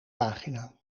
pagina